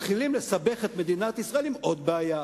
מתחילים לסבך את מדינת ישראל עם עוד בעיה.